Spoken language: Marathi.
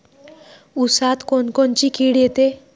ऊसात कोनकोनची किड येते?